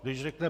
Kdy řekne